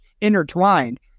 intertwined